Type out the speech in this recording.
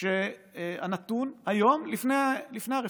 הנתון היום, לפני הרפורמה.